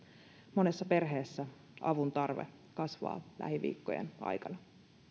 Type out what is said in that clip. monessa perheessä avuntarve kasvaa lähiviikkojen aikana